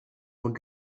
want